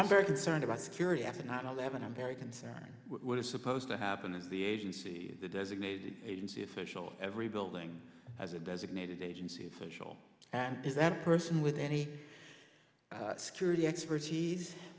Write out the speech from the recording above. i'm very concerned about security after nine eleven i'm very concerned what is supposed to happen at the agency the designated agency official every building as a designated agency official and does that person with any security expertise